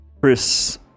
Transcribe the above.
chris